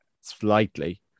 slightly